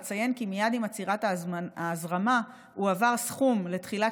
אציין כי מייד עם עצירת ההזרמה הועבר סכום לתחילת